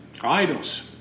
idols